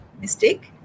mistake